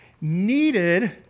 needed